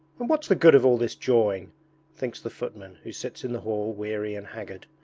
and what's the good of all this jawing thinks the footman who sits in the hall weary and haggard.